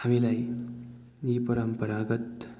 हामीलाई यी परम्परागत